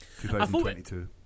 2022